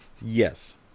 Yes